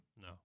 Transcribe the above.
No